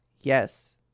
Yes